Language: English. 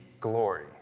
glory